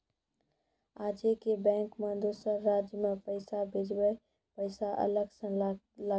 आजे के बैंक मे दोसर राज्य मे पैसा भेजबऽ पैसा अलग से लागत?